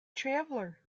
traveler